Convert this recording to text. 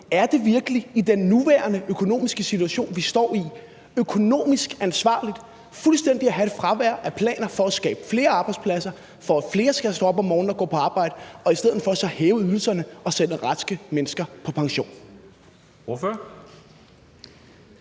Er det virkelig i den økonomiske situation, vi står i nu, økonomisk ansvarligt fuldstændig at have et fravær af planer for at skabe flere arbejdspladser, for at flere skal stå op om morgenen og gå på arbejde, og i stedet for hæve ydelserne og sende raske mennesker på pension?